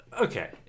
Okay